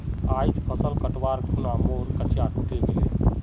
आइज फसल कटवार खूना मोर कचिया टूटे गेले